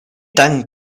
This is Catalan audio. tant